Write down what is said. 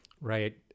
Right